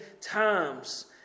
times